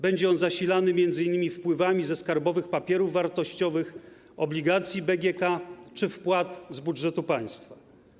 Będzie on zasilany m.in. wpływami ze skarbowych papierów wartościowych, obligacji BGK czy wpłat z budżetu państwa.